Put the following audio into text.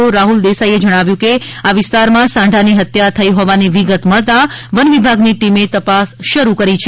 ઓ રાહ્લ દેસાઈએ જણાવ્યું કે આ વિસ્તારમાં સાંઢાની હત્યા થઇ હોવાની વિગત મળતાં વનવિભાગની ટીમે તપાસ શરૂ કરી છે